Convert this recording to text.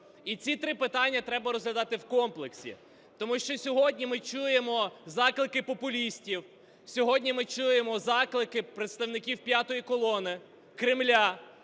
І ці три питання треба розглядати в комплексі. Тому що сьогодні ми чуємо заклики популістів, сьогодні ми чуємо заклики представників п'ятої колони Кремля